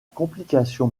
complication